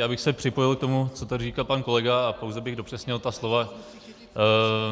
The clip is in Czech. Já bych se připojil k tomu, co tady říkal pan kolega, a pouze bych dopřesnil slova